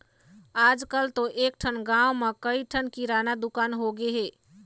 आजकल तो एकठन गाँव म कइ ठन किराना दुकान होगे हे